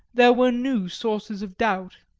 there were new sources of doubt.